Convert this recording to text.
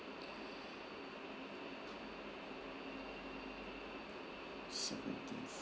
seventeenth